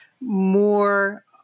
more